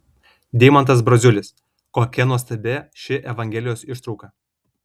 deimantas braziulis kokia nuostabi ši evangelijos ištrauka